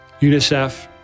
UNICEF